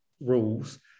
rules